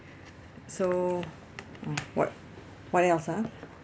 so mm what what else ah